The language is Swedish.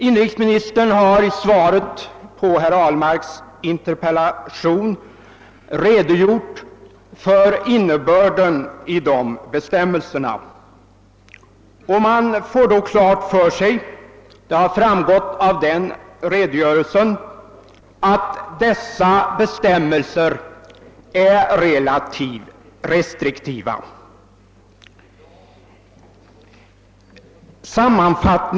Inrikesministern har i svaret på herr Ahlmarks interpellation redogjort för innebörden i de bestämmelserna. Man får då klart för sig — det framgick av inrikesministerns redogörelse — att dessa bestämmelser är relativt restriktiva.